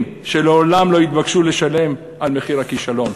שלעולם לא יתבקשו לשלם את מחיר הכישלון.